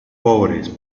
pobres